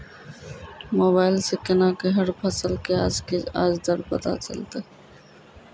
Mobile सऽ केना कऽ हर फसल कऽ आज के आज दर पता चलतै?